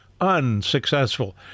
unsuccessful